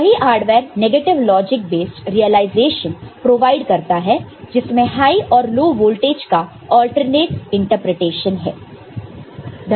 वही hardware negative logic based realisation provide करता है जिसमें हाई और लो वोल्टेज का अल्टरनेट इंटरप्रिटेशन है